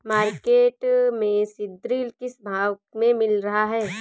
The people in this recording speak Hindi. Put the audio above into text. मार्केट में सीद्रिल किस भाव में मिल रहा है?